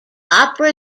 opera